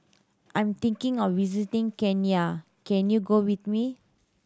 I'm thinking of visiting Kenya can you go with me